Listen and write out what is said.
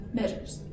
measures